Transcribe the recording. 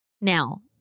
Now